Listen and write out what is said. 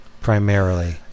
primarily